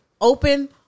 open